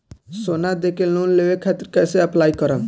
सोना देके लोन लेवे खातिर कैसे अप्लाई करम?